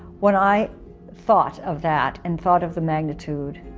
when i thought of that and thought of the magnitude,